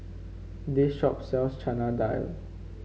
this shop sells Chana Dal